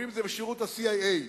אומרים שזה בשירות ה-CIA,